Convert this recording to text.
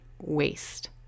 waste